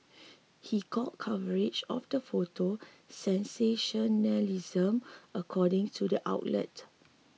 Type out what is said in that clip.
he called coverage of the photo sensationalism according to the outlet